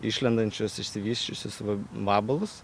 išlendančius išsivysčiusius va vabalus